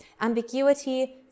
ambiguity